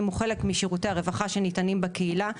הוא חלק משירותי הרווחה שניתנים בקהילה,